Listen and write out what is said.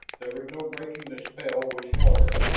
there was no breaking the spell which held her.